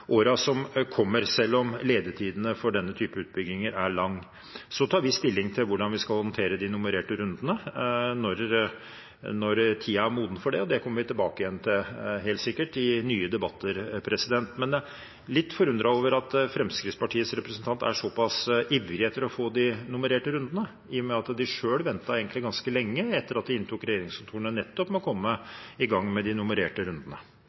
som kommer, selv om ledetidene for denne typen utbygginger er lang. Så tar vi stilling til hvordan vi skal håndtere de nummererte rundene når tiden er moden for det, og det kommer vi helt sikkert tilbake igjen til i nye debatter. Jeg er litt forundret over at Fremskrittspartiets representant er såpass ivrig etter å få de nummererte rundene, i og med at de selv egentlig ventet ganske lenge etter at de inntok regjeringskontorene, med å komme i gang med de nummererte rundene.